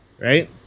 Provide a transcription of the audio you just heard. right